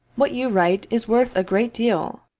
what you write is worth a great deal!